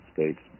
States